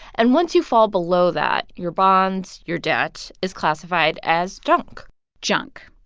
and once you fall below that, your bond your debt is classified as junk junk.